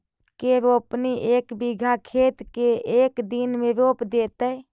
के रोपनी एक बिघा खेत के एक दिन में रोप देतै?